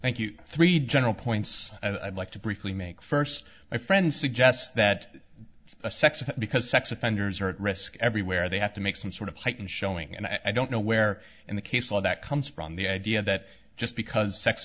thank you three general points i'd like to briefly make first my friend suggest that it's a sex offense because sex offenders are at risk everywhere they have to make some sort of heightened showing and i don't know where in the case law that comes from the idea that just because sex